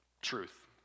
truth